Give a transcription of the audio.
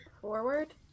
forward